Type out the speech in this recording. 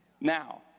Now